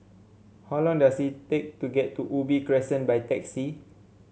how long does it take to get to Ubi Crescent by taxi